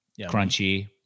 crunchy